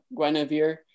Guinevere